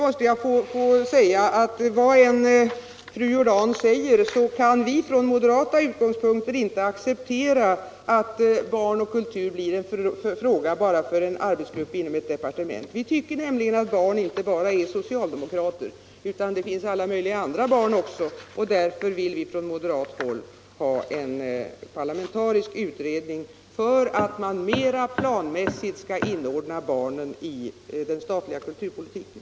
Vad än fru Jordan säger kan vi från moderata utgångspunkter inte acceptera att barn och kultur blir en fråga bara för en arbetsgrupp inom ett departement. Vi tycker nämligen att barn inte bara är socialdemokrater, utan det finns alla möjliga andra barn också. Därför vill vi från moderat håll ha en parlamentarisk utredning för att man mera planmässigt skall inordna barnen i den statliga kulturpolitiken.